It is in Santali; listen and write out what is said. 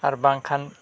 ᱟᱨ ᱵᱟᱝᱠᱷᱟᱱ